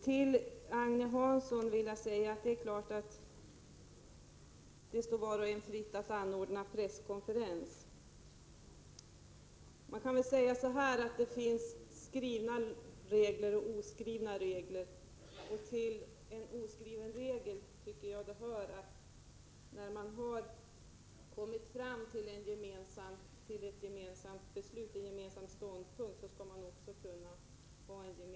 Till Agne Hansson vill jag säga att det naturligtvis står var och en fritt att anordna en presskonferens. Man kan väl säga att det finns skrivna regler och oskrivna regler. Jag tycker att det är en oskriven regel att man skall hålla gemensam presskonferens när man har kommit fram till en gemensam ståndpunkt.